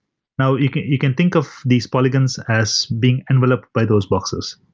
now you can you can think of these polygons as being enveloped by those boxes.